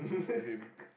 to him